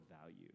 value